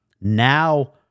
Now